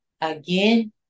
again